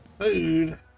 food